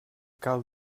cal